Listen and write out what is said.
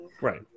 Right